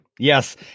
Yes